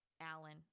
Alan